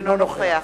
אינו נוכח